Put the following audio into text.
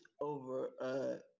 over